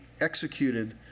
executed